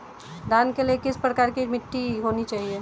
धान के लिए किस प्रकार की मिट्टी होनी चाहिए?